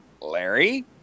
Larry